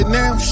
now